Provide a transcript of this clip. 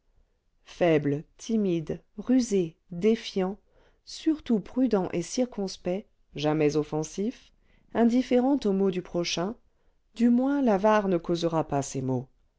faible timide rusé défiant surtout prudent et circonspect jamais offensif indifférent aux maux du prochain du moins l'avare ne causera pas ces maux